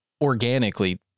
organically